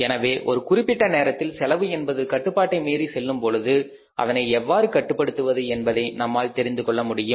எனவே ஒரு குறிப்பிட்ட நேரத்தில் செலவு என்பது கட்டுப்பாட்டை மீறி செல்லும் பொழுது அதனை எவ்வாறு கட்டுப்படுத்துவது என்பதை நம்மால் தெரிந்துகொள்ள முடியும்